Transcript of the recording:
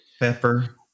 Pepper